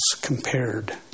compared